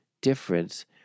difference